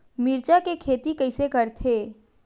मिरचा के खेती कइसे करथे?